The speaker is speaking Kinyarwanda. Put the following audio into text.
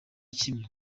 kimwe